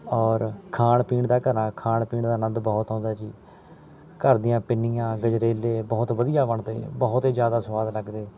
ਔਰ ਖਾਣ ਪੀਣ ਦਾ ਘਰਾਂ ਖਾਣ ਪੀਣ ਦਾ ਅਨੰਦ ਬਹੁਤ ਆਉਂਦਾ ਜੀ ਘਰ ਦੀਆਂ ਪਿੰਨੀਆਂ ਗਜਰੇਲੇ ਬਹੁਤ ਵਧੀਆ ਬਣਦੇ ਨੇ ਬਹੁਤ ਹੀ ਜ਼ਿਆਦਾ ਸਵਾਦ ਲੱਗਦੇ ਨੇ